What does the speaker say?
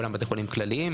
כולם בתי חולים כלליים,